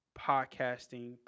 podcasting